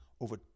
over